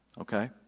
okay